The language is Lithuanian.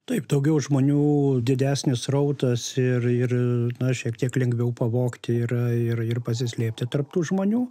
taip daugiau žmonių didesnis srautas ir ir na šiek tiek lengviau pavogti yra ir ir pasislėpti tarp tų žmonių